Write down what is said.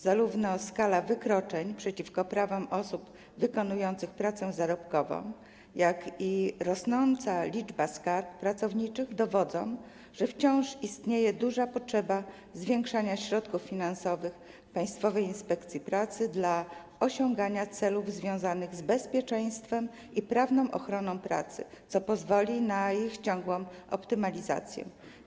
Zarówno skala wykroczeń przeciwko prawom osób wykonujących pracę zarobkową, jak i rosnąca liczba skarg pracowniczych dowodzą, że wciąż istnieje duża potrzeba zwiększania środków finansowych Państwowej Inspekcji Pracy dla osiągania celów związanych z bezpieczeństwem i prawną ochroną pracy, co pozwoli na ich ciągłą optymalizację.